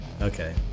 Okay